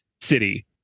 city